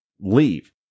leave